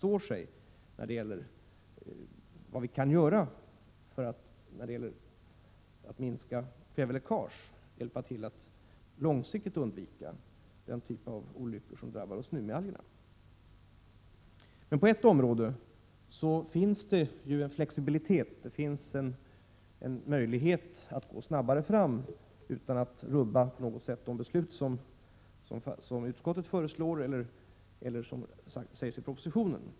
Det innebär även att förslagen naturligtvis står sig, så att vi kan minska kväveläckaget och långsiktigt undvika den typ av olyckor som nu drabbar oss genom algerna. Men på ett område finns det flexibilitet, och en möjlighet att gå snabbare fram utan att på något sätt rubba det som utskottet föreslår eller som sägs i propositionen.